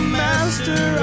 master